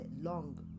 long